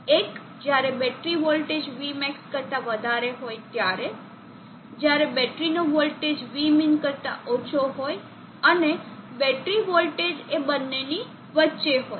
એક જ્યારે battery voltage Vmax કરતા વધારે હોય ત્યારે જ્યારે બેટરીનો વોલ્ટેજ Vmin કરતા ઓછો હોય અને બેટરી વોલ્ટેજ એ બંનેની વચ્ચે હોય